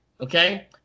Okay